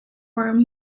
were